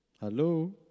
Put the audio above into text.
Hello